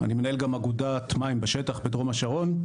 אני מנהל גם אגודת מים בשטח בדרום השרון.